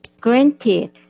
Granted